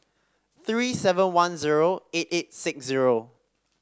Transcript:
three seven one zero eight eight six zero